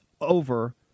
over